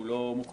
הוא לא מוחלט,